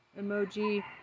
emoji